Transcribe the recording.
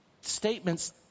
statements